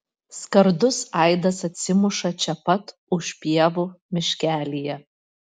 skardus aidas atsimuša čia pat už pievų miškelyje